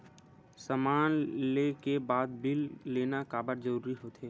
समान ले के बाद बिल लेना काबर जरूरी होथे?